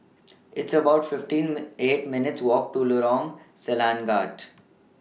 It's about fifteen May eight minutes' Walk to Lorong Selangat